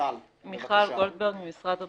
מיכל גולדברג, ממשרד הבריאות.